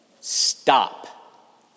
Stop